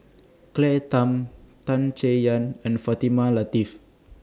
Claire Tham Tan Chay Yan and Fatimah Lateef